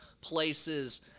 places